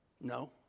No